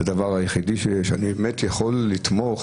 זה הדבר היחידי שאני באמת יכול לתמוך.